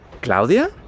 ¿Claudia